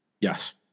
Yes